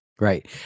Right